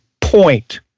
point